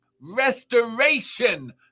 restoration